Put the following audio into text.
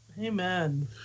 Amen